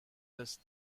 this